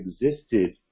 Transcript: existed